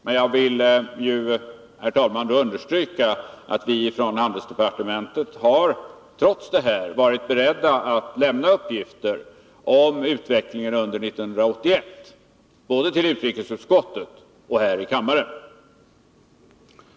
Men jag vill, herr talman, understryka att vi från handelsdepartementet trots detta har varit beredda att lämna uppgifter om utvecklingen under 1981, både till utrikesutskottet och här i kammaren.